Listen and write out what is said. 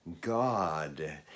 god